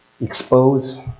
expose